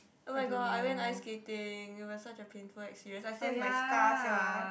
oh my god I went ice skating it was such a painful experience I still have my scar sia